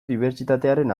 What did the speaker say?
dibertsitatearen